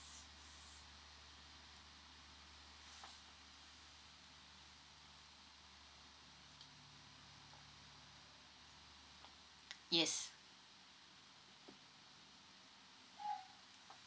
yes